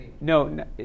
No